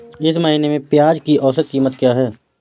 इस महीने में प्याज की औसत कीमत क्या है?